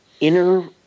inner